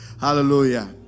Hallelujah